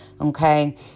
Okay